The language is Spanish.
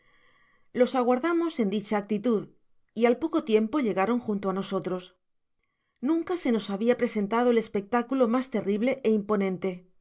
los aguardamos en dicha actitud y al poco tiempo llegaron junto á nosotros nunca se üos habia presentado espectaculo mas terrible é imponente